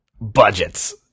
budgets